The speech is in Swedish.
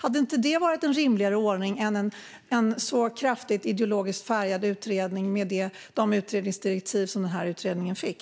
Hade inte det varit en rimligare ordning än att ha en kraftigt ideologiskt färgad utredning med de utredningsdirektiv som denna utredning fick?